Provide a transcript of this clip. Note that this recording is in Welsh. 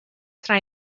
tra